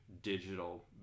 digital